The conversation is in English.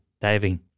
diving